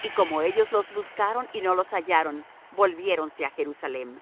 y como ellos los buscaron y no los hallaron volviéronse á jerusalem